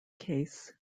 case